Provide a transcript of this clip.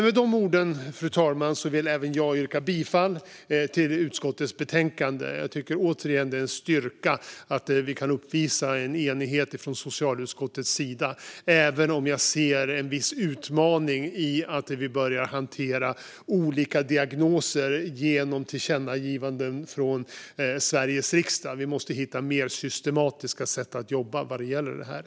Med de orden vill även jag yrka bifall till utskottets förslag, fru talman. Jag tycker återigen att det är en styrka att vi kan uppvisa en enighet från socialutskottets sida - även om jag ser en viss utmaning i hur vi börjar hantera olika diagnoser genom tillkännagivanden från Sveriges riksdag. Vi måste hitta mer systematiska sätt att jobba när det gäller detta.